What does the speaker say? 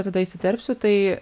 tada įsiterpsiu tai